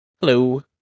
hello